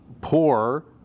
poor